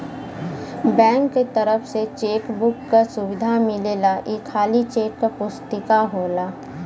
bank क तरफ से चेक बुक क सुविधा मिलेला ई खाली चेक क पुस्तिका होला